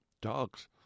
dogs